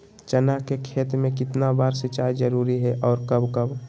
चना के खेत में कितना बार सिंचाई जरुरी है और कब कब?